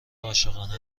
عاشقانه